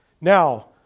now